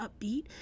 upbeat